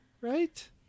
Right